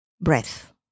breath